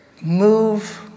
move